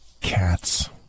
cats